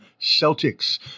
Celtics